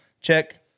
check